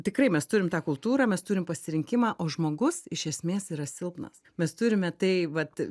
tikrai mes turim tą kultūrą mes turim pasirinkimą o žmogus iš esmės yra silpnas mes turime tai vat